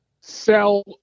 sell